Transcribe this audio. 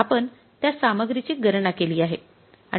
आपण त्या सामग्रीची गणना केली आहे